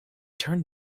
turned